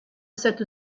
cette